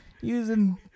using